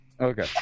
Okay